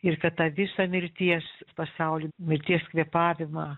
ir kad tą visą mirties pasaulį mirties kvėpavimą